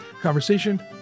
conversation